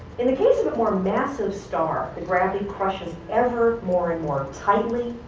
in the case of a more massive star, the gravity crushes ever more and more tightly,